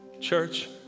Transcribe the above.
Church